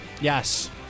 Yes